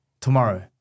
tomorrow